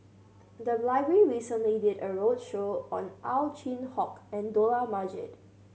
the library recently did a roadshow on Ow Chin Hock and Dollah Majid